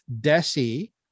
desi